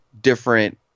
different